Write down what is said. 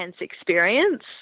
experience